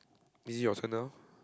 is it your turn now